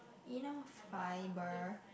you know fiber